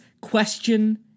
question